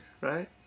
Right